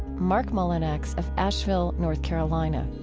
marc mullinax of asheville, north carolina